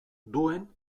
duen